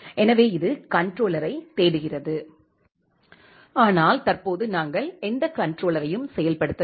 எனவே இது கண்ட்ரோலரைத் தேடுகிறது ஆனால் தற்போது நாங்கள் எந்தக் கண்ட்ரோலரையும் செயல்படுத்தவில்லை